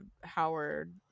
Howard